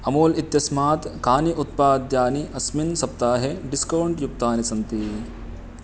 अमूल् इत्यस्मात् कानि उत्पाद्यानि अस्मिन् सप्ताहे डिस्कौण्ट् युक्तानि सन्ति